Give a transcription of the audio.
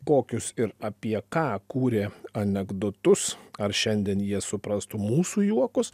kokius ir apie ką kūrė anekdotus ar šiandien jie suprastų mūsų juokus